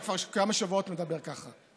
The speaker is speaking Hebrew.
אתה כבר כמה שבועות מדבר ככה.